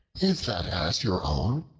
is that ass your own?